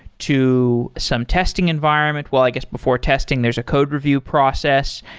to some testing environment. well, i guess before testing, there's a code review process.